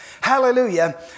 Hallelujah